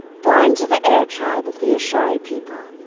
born to the air tribe of the ashari people,